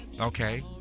Okay